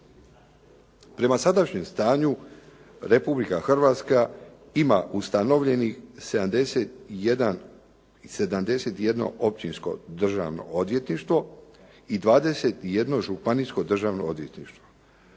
Prema sadašnjem stanju Republika Hrvatska ima ustanovljenih 71 općinsko državno odvjetništvo i 21 županijsko državno odvjetništvo.